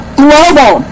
global